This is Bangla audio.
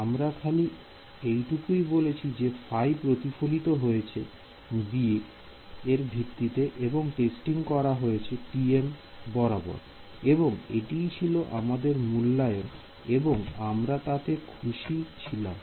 আমরা খালি এই টুকুই বলেছি যে ϕ প্রতিফলিত হয়েছে b এর ভিত্তিতে এবং টেস্টিং করা হয়েছে tm বরাবর এবং এটিই ছিল আমাদের মূল্যায়ন এবং আমরা তাতে খুশি ছিলাম